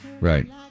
Right